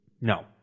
No